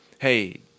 hey